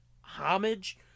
homage